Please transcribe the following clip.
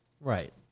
Right